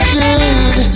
good